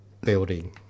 building